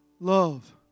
Love